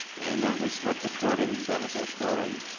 and that was what the puritans, that was their story.